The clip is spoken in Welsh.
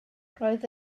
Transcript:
roedd